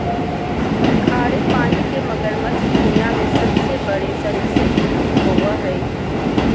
खारे पानी के मगरमच्छ दुनिया में सबसे बड़े सरीसृप होबो हइ